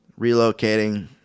relocating